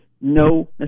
no